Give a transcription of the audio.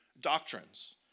doctrines